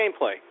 gameplay